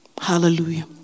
Hallelujah